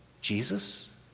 Jesus